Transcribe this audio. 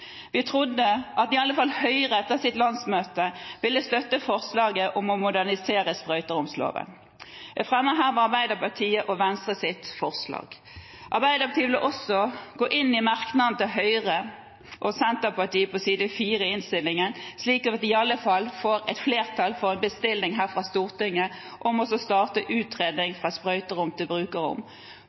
Vi trodde at i alle fall Høyre etter sitt landsmøte ville støtte forslaget om å modernisere sprøyteromsloven. Jeg fremmer hermed forslaget til Arbeiderpartiet og Venstre. Arbeiderpartiet vil også gå inn i merknadene til Høyre og Senterpartiet, på side 4 i innstillingen, slik at vi i alle fall får et flertall for en bestilling her fra Stortinget om å starte utredning – fra sprøyterom til brukerrom